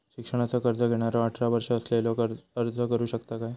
शिक्षणाचा कर्ज घेणारो अठरा वर्ष असलेलो अर्ज करू शकता काय?